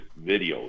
videos